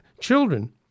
children